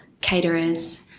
caterers